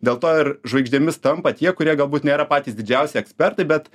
dėl to ir žvaigždėmis tampa tie kurie galbūt nėra patys didžiausi ekspertai bet